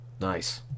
nice